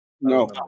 No